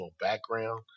background